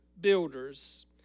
builders